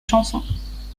chansons